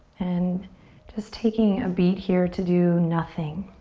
and just taking a beat here to do nothing.